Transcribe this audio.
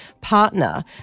partner